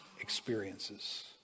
experiences